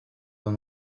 are